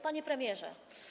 Panie Premierze!